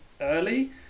early